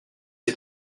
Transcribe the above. est